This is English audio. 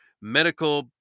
medical